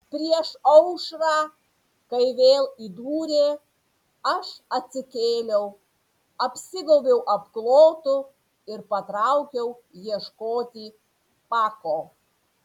prieš aušrą kai vėl įdūrė aš atsikėliau apsigaubiau apklotu ir patraukiau ieškoti pako